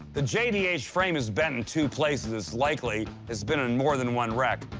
the jdh frame is bent in two places. it's likely it's been in more than one wreck.